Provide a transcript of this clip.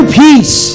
peace